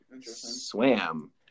Swam